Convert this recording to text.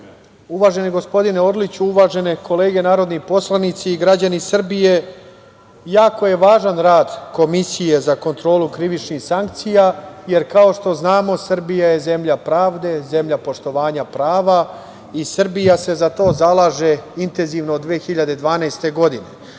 Orliću. Uvaženi gospodine Orliću, uvažene kolege narodni poslanici i građani Srbije, jako je važan rad Komisije za kontrolu krivičnih sankcija, jer kao što znamo, Srbija je zemlja pravde, zemlja poštovanja prava i Srbija se za to zalaže intenzivno od 2012. godine. Ali,